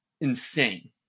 insane